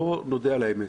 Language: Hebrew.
בואו נודה על האמת